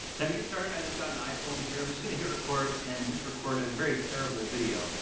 now to get started i just got an iphone here. i'm just going to hit record and just record a very terrible video.